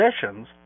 positions